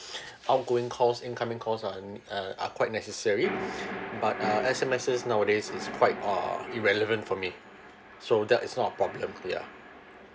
outgoing calls incoming calls are uh are quite necessary but uh S_M_S nowadays is quite uh irrelevant for me so that is not a problem ya